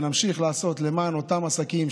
ונמשיך לעשות למען אותם עסקים,